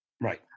Right